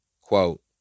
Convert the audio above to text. quote